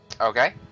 okay